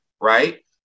right